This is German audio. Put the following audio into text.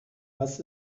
was